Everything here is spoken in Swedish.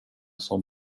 sån